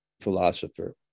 philosopher